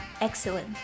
excellent